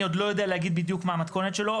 אני עוד לא יודע להגיד בדיוק מה המתכונת שלו,